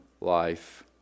life